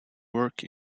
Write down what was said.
work